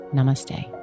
Namaste